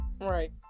Right